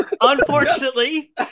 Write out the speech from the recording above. Unfortunately